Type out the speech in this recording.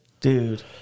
Dude